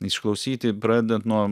išklausyti pradedant nuo